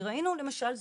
כי ראינו למשל זוג,